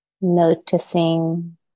Noticing